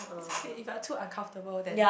it's okay if you're too uncomfortable then